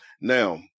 now